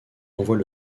envoie